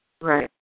right